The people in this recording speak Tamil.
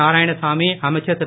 நாராயணசாமி அமைச்சர் திரு